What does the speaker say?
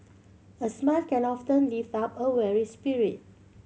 a smile can lift up a weary spirit